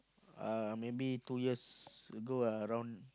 uh maybe two years ago ah around